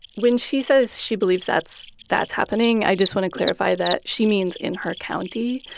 when she says she believes that's that's happening, i just want to clarify that she means in her county.